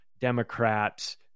Democrats